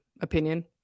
opinion